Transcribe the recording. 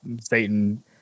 Satan